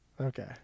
okay